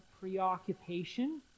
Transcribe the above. preoccupation